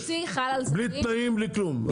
בלי תנאים, בלי כלום.